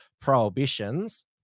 prohibitions